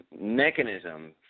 mechanism